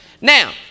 Now